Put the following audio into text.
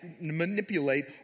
manipulate